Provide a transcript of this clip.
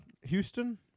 houston